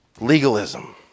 legalism